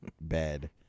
bed